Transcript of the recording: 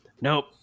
Nope